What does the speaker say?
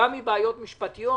גם בשל בעיות משפטיות,